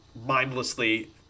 mindlessly